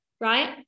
right